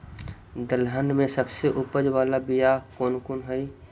दलहन में सबसे उपज बाला बियाह कौन कौन हइ?